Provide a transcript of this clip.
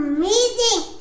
Amazing